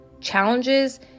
challenges